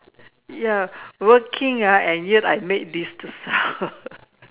ya working ah and yet I made this to sell